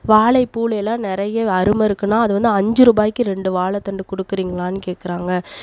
வாழைப்பூல எல்லாம் நிறைய அருமை இருக்குனால் அதை வந்து அஞ்சு ருபாய்கு ரெண்டு வாழைத்தண்டு கொடுக்குறீங்களானு கேட்குறாங்க